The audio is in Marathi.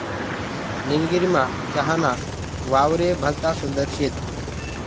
निलगिरीमा चहा ना वावरे भलता सुंदर शेत